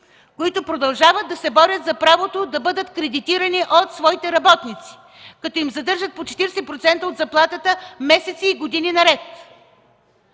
които продължават да се борят за правото да бъдат кредитирани от своите работници, като им задържат 40% от заплатата месеци и години наред.